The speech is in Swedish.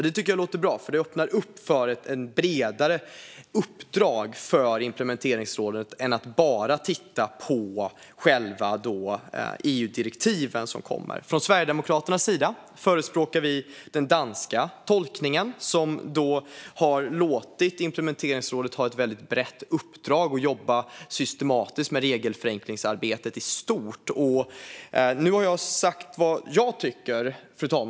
Det låter bra, för det öppnar för ett bredare uppdrag för detta råd än att bara titta på EU-direktiven. Sverigedemokraterna förespråkar den danska modellen. Implementeringsrådet har där haft ett brett uppdrag och jobbat systematiskt med regelförenklingsarbete i stort. Fru talman! Jag har sagt vad jag tycker.